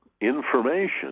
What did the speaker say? information